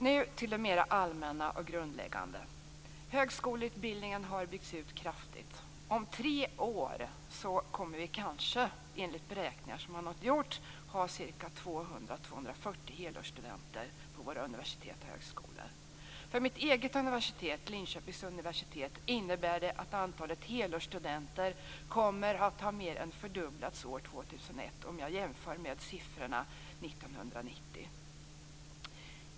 Nu till det mer allmänna och grundläggande. Högskoleutbildningen har byggts ut kraftigt. Om tre år kommer vi kanske, enligt beräkningar som man har gjort, att ha 200-240 helårsstudenter på våra universitet och högskolor. För mitt eget universitet, Linköpings universitet, innebär det att antalet helårsstudenter kommer att ha mer än fördubblats år 2001 om jag jämför med siffrorna för 1990.